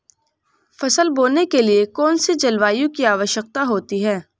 फसल बोने के लिए कौन सी जलवायु की आवश्यकता होती है?